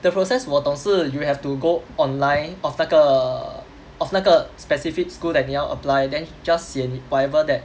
the process 我懂是 you will have to go online of 那个 of 那个 specific school that 你要 apply then just 写 whatever that